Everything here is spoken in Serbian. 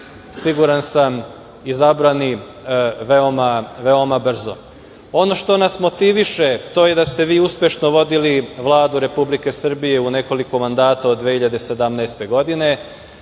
siguran sam, izabrani veoma, veoma brzo. Ono što nas motiviše, to je da ste vi uspešno vodili Vladu Republike Srbije u nekoliko mandata od 2017. godine,